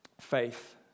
faith